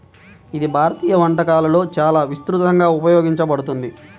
ఇది భారతీయ వంటకాలలో చాలా విస్తృతంగా ఉపయోగించబడుతుంది